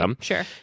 Sure